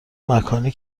مکانی